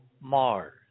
Mars